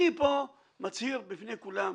אני פה מצהיר בפני כולם,